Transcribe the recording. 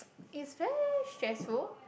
is very stressful